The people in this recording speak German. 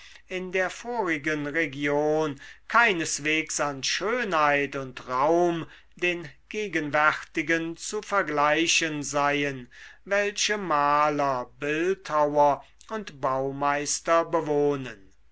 in der vorigen region keineswegs an schönheit und raum den gegenwärtigen zu vergleichen seien welche maler bildhauer und baumeister bewohnen